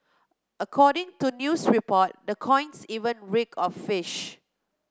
according to news reports the coins even reeked of fish